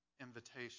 invitation